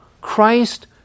Christ